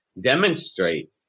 demonstrate